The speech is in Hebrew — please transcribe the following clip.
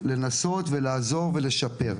לנסות ולעזור לו לשפר.